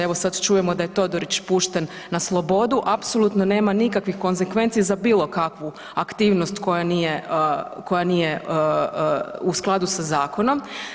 Evo sad čujemo da je Todorić pušten na slobodu, apsolutno nema nikakvih konzekvenci za bilo kakvu aktivnost koja nije, koja nije u skladu sa zakonom.